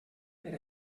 per